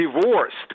divorced